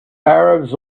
arabs